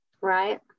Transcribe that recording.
right